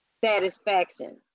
satisfaction